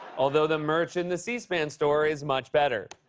although the merch in the c-span store is much better.